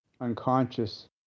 unconscious